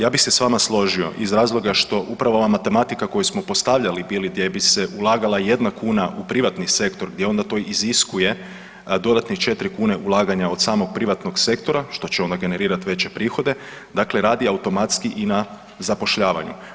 Ja bih se s vama složio iz razloga što upravo ova matematika koju smo postavljali bili, gdje bi se ulagala jedna kuna u privatni sektor gdje onda to iziskuje dodatnih 4 kune ulaganja od samog privatnog sektora, što će onda generirati veće prihode, dakle radi automatski i na zapošljavanju.